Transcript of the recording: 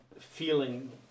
feeling